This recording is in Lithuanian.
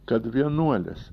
kad vienuolės